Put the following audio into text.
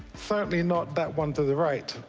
certainly not that one to the right,